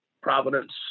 Providence